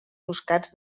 buscats